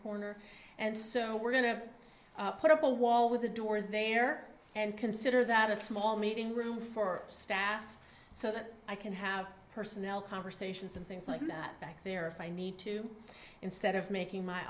corner and so we're going to put up a wall with a door there and consider that a small meeting room for staff so that i can have personnel conversations and things like that back there if i need to instead of making my